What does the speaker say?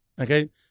Okay